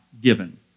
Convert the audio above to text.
given